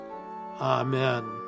Amen